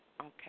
Okay